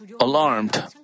alarmed